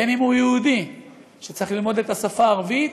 בין שהוא יהודי שצריך ללמוד את השפה הערבית,